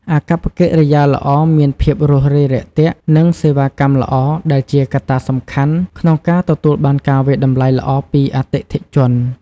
អាកប្បកិរិយាល្អ មានភាពរួសរាយរាក់ទាក់ និងសេវាកម្មល្អ ដែលជាកត្តាសំខាន់ក្នុងការទទួលបានការវាយតម្លៃល្អពីអតិថិជន។